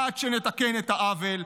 עד שנתקן את העוול,